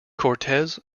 cortez